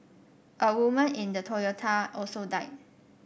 a woman in the Toyota also died